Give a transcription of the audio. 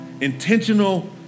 intentional